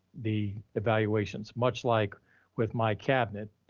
the evaluations much like with my cabinet,